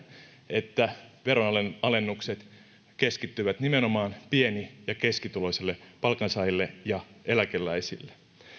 että veronalennukset keskittyvät nimenomaan pieni ja keskituloisille palkansaajille ja eläkeläisille